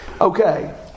Okay